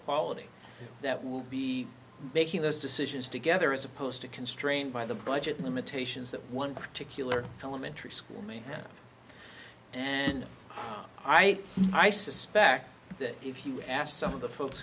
quality that will be making those decisions together as opposed to constrained by the budget limitations that one particular elementary school may have and i i suspect that if you asked some of the folks